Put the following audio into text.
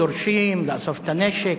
דורשים לאסוף את הנשק,